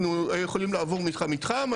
אנחנו יכולים לעבור מתחם-מתחם.